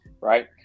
right